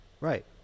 Right